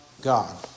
God